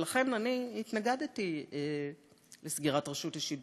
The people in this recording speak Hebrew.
ולכן אני התנגדתי לסגירת רשות השידור,